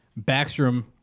Backstrom